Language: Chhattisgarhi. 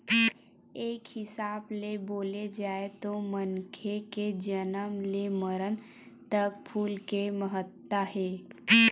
एक हिसाब ले बोले जाए तो मनखे के जनम ले मरन तक फूल के महत्ता हे